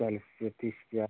चालीस या तीस रुपये